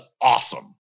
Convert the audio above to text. awesome